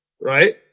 right